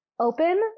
open